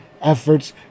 Efforts